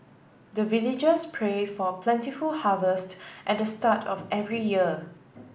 the villagers pray for plentiful harvest at the start of every year